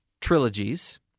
trilogies